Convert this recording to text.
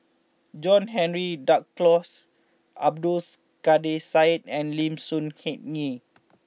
John Henry Duclos Abdul Kadir Syed and Lim Soo Hen Ngee